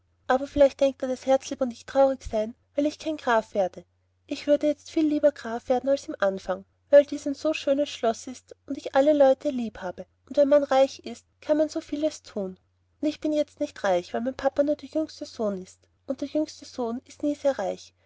aber filleicht denkt er das herzlieb und ich traurig sein weil ich kein graf werde ich würde jetz fiel lieber ein graf werden als im anfang weil dis ein schönes schlos ist und ich alle leute lieb habe und wenn man reich ist kann man so fieles tun und bin jetz nicht reich weil mein papa nur der jüngste son ist und der jüngste son ist nie ser reich